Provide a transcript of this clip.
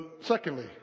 secondly